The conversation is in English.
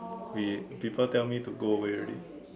where people tell me to go away already